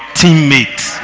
teammates